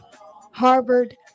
Harvard